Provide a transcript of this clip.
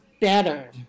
better